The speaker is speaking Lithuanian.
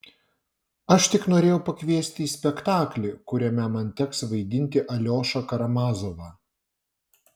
aš tik norėjau pakviesti į spektaklį kuriame man teks vaidinti aliošą karamazovą